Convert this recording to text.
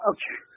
Okay